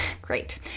great